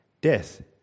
Death